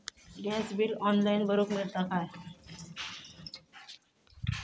Gas bill online भरुक मिळता काय?